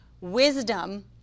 wisdom